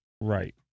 Right